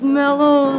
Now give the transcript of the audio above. mellow